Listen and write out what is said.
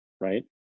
right